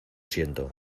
siento